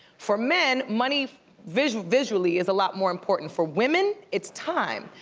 for men, money visually visually is a lot more important. for women, its time.